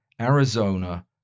Arizona